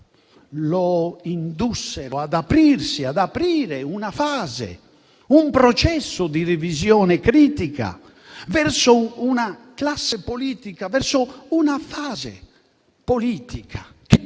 lo indussero ad aprirsi o ad aprire una fase e un processo di revisione critica verso una classe politica e verso una fase politica